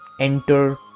Enter